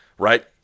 Right